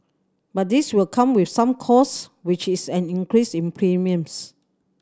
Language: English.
but this will come with some costs which is an increase in premiums